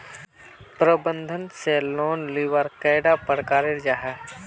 प्रबंधन से लोन लुबार कैडा प्रकारेर जाहा?